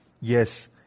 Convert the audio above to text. Yes